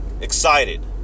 excited